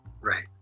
right